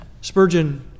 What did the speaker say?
Spurgeon